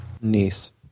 Niece